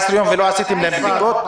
14 יום ולא עשיתם להם בדיקות?